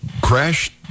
Crashed